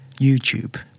YouTube